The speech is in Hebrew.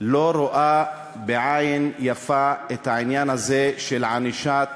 לא רואה בעין יפה את העניין הזה של ענישת